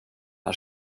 här